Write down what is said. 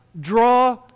draw